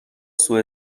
سوء